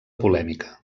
polèmica